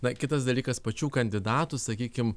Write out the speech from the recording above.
na kitas dalykas pačių kandidatų sakykim